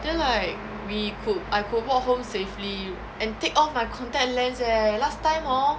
then like we could I could walk home safely and take off my contact lens eh last time hor